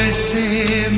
ah say